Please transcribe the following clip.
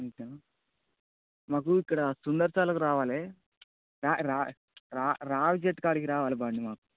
అంతేనా మాకు ఇక్కడ సుందరశాలకు రావాలి రా రా రావి చెట్టు కాడకి రావాలి బండి మాకు